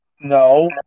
No